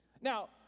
Now